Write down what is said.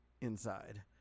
inside